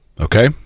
Okay